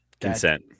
Consent